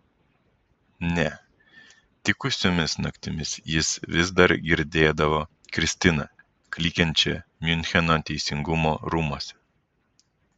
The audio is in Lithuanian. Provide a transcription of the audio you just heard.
ne tikusiomis naktimis jis vis dar girdėdavo kristiną klykiančią miuncheno teisingumo rūmuose